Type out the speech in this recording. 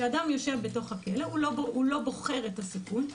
כשאדם יושב בתוך הכלא, הוא לא בוחר את הסיכון.